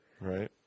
Right